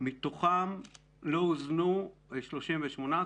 מתוכם לא הוזנו 38 אירועים.